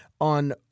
on